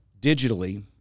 digitally